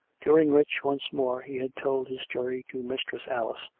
during which once more he had told his story to mistress alice,